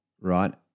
right